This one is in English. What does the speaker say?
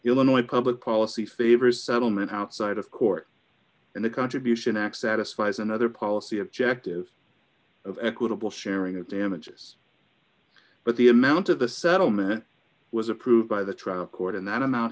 illinois public policy favors settlement outside of court and the contribution acts at aspies and other policy objective of equitable sharing of damages but the amount of a settlement was approved by the trial court and that amount